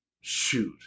shoot